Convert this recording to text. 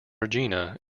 regina